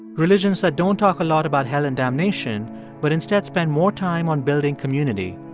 religions that don't talk a lot about hell and damnation but instead spend more time on building community,